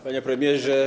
Panie Premierze!